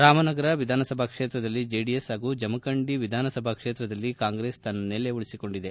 ರಾಮನಗರ ವಿಧಾನಸಭಾ ಕ್ಷೇತ್ರದಲ್ಲಿ ಚೆಡಿಎಸ್ ಹಾಗೂ ಜಮುಖಂಡಿ ವಿಧಾನಸಭಾ ಕ್ಷೇತ್ರದಲ್ಲಿ ಕಾಂಗ್ರೆಸ್ ತನ್ನ ನೆಲೆ ಉಳಿಸಿಕೊಂಡಿದೆ